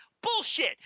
Bullshit